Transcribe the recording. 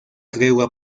tregua